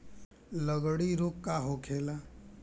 लगड़ी रोग का होखेला?